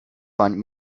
find